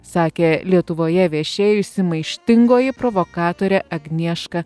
sakė lietuvoje viešėjusi maištingoji provokatorė agnieška